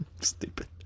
Stupid